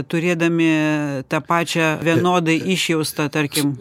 turėdami tą pačią vienodai išjaustą tarkim